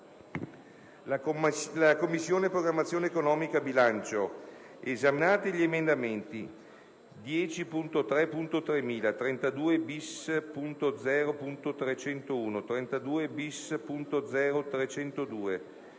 «La Commissione programmazione economica, bilancio, esaminati gli emendamenti 10.0.3000, 32-*bis*.0.301, 32-*bis*.0.302,